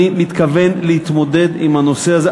אני מתכוון להתמודד עם הנושא הזה.